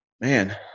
man